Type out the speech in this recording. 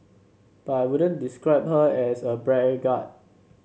but I wouldn't describe her as a braggart